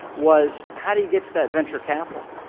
was how do you get to that venture capital?